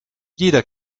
jeder